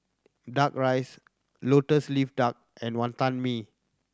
Duck Rice Lotus Leaf Duck and Wantan Mee